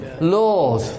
Lord